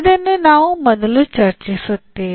ಇದನ್ನು ನಾವು ಮೊದಲು ಚರ್ಚಿಸುತ್ತೇವೆ